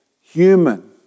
human